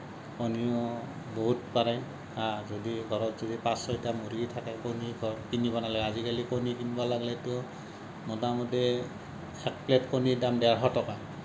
কণীও বহুত পাৰে হা যদি ঘৰত যদি পাঁচ ছয়টা মূৰ্গী থাকে কণী কিনিব নালাগে আজিকালিটো কণী কিনিব লাগেটো মোটামোটি এক প্লেট কণীৰ দাম দেৰশ টকা